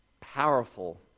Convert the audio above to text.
powerful